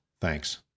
Thanks